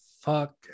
fuck